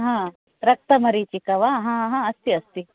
हा रक्तमरीचिका वा हा हा अस्ति अस्ति